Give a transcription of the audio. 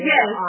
Yes